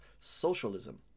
socialism